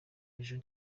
ejo